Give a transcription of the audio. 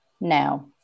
now